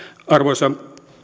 arvoisa